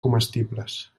comestibles